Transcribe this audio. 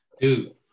Dude